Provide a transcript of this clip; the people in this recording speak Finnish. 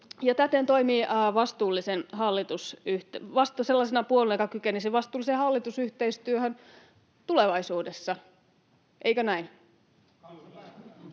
kykenisi vastuulliseen hallitusyhteistyöhön tulevaisuudessa — eikö näin?